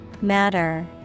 Matter